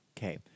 Okay